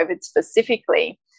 specifically